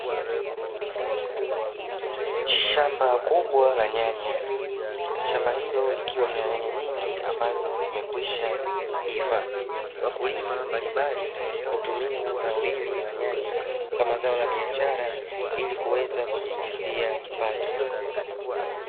Shamba kubwa la nyanya, shamba hilo likiwa lina nyanya nyingi ambazo zimekwisha iva, wakulima mbalimbali hutumia zao hili la nyanya kama zao la biashara ili kuweza kujiingizia kipato.